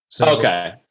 Okay